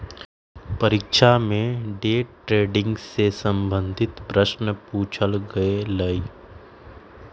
परीक्षवा में day trading से संबंधित प्रश्न पूछल गय लय